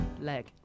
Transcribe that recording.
leg